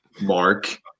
Mark